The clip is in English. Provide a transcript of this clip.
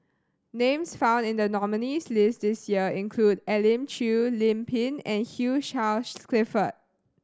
names found in the nominees' list this year include Elim Chew Lim Pin and Hugh Charles Clifford